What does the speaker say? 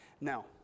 Now